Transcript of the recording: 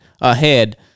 ahead